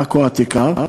בעכו העתיקה,